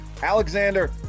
Alexander